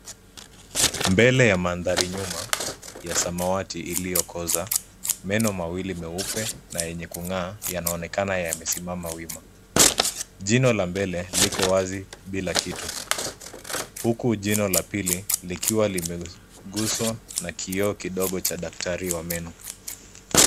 Mbele ya mandharinyuma ya samawati iliyokoza. Meno mawili meupe na yenye kung'aa yanaonekana yamesimama wima. Jino la mbele liko wazi bila kitu uku jino la pili likiwa limeguswa na kioo kidogo cha daktari wa meno.